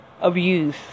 abuse